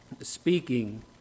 speaking